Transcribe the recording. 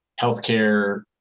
healthcare